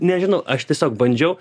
nežinau aš tiesiog bandžiau